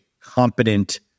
competent